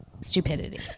stupidity